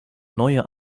neue